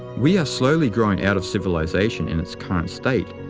we are slowly growing out of civilization in its current state,